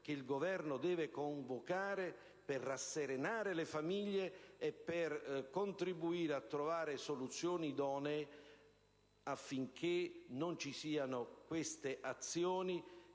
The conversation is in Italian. che il Governo dovrà tenere a breve per rasserenare le famiglie e contribuire a trovare soluzioni idonee affinché non ci siano azioni